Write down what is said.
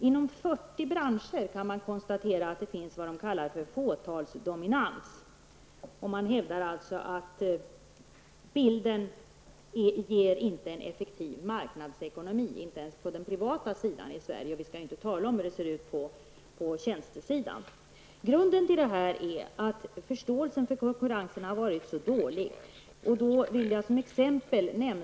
Inom 40 branscher kan vad som kallas fåtalsdominans konstateras. Man hävdar alltså att det inte är fråga om någon effektiv marknadsekonomi i Sverige, inte ens på den privata sidan -- hur det ser ut på tjänstesidan skall vi bara inte tala om! Förståelsen för konkurrensen har varit mycket dålig.